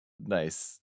nice